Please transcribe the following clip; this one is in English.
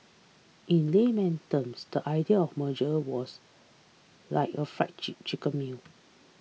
in layman terms the idea of merger was like a fried chicken meal